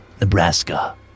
Nebraska